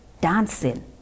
dancing